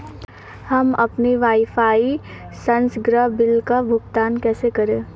हम अपने वाईफाई संसर्ग बिल का भुगतान कैसे करें?